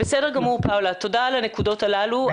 בסדר גמור פאולה, תודה על הנקודות הללו.